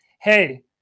hey